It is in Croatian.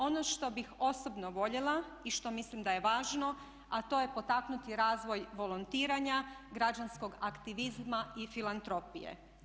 Ono što bih osobno voljela i što mislim da je važno a to je potaknuti razvoj volontiranja, građanskog aktivizma i filantropije.